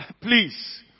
please